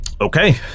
Okay